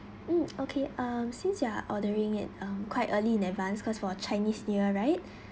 mm okay um since you are ordering it um quite early in advance cause for chinese new year right